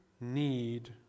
need